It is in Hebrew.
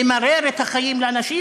למרר את החיים לאנשים,